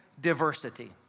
diversity